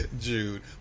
jude